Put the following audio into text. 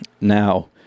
now